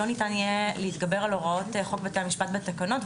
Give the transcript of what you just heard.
לא ניתן יהיה להתגבר על הוראות חוק בתי-המשפט בתקנות,